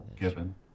given